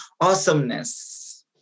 awesomeness